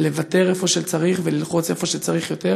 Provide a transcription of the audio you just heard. לוותר איפה שצריך וללחוץ איפה שצריך יותר,